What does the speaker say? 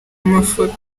mafoto